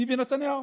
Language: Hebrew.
ביבי נתניהו.